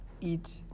eat